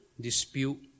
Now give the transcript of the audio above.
dispute